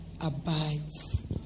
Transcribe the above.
abides